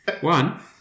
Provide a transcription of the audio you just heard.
one